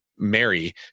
Mary